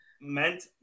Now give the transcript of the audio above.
meant